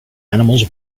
animals